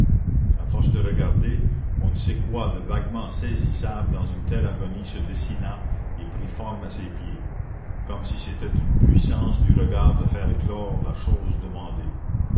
à force de regarder on ne sait quoi de vaguement saisissable dans une telle agonie se dessina et prit forme à ses pieds comme si c'était une puissance du regard de faire éclore la chose demandée